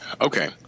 Okay